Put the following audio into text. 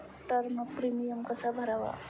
Term premium कसा भरावा?